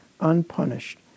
unpunished